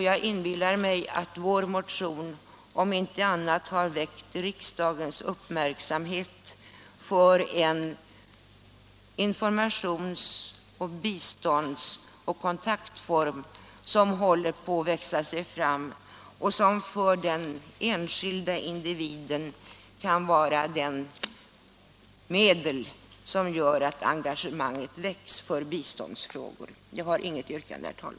Jag inbillar mig att vår motion har om inte annat så dock riktat riksdagens uppmärksamhet på den informations-, bistånds och kontaktform som håller på att växa sig fram och som för den enskilda individen kan vara det medel som behövs för att hans engagemang för biståndsfrågor skall växa. Jag har inget yrkande, herr talman.